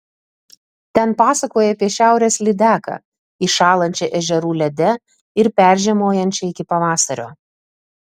ten pasakojai apie šiaurės lydeką įšąlančią ežerų lede ir peržiemojančią iki pavasario